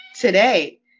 today